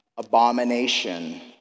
Abomination